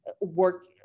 work